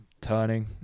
turning